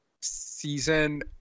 season